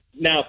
now